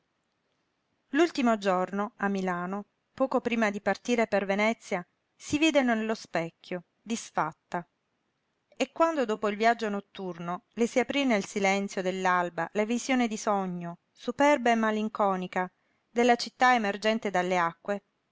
l'ultimo giorno a milano poco prima di partire per venezia si vide nello specchio disfatta e quando dopo il viaggio notturno le si aprí nel silenzio dell'alba la visione di sogno superba e malinconica della città emergente dalle acque